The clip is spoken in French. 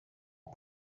eau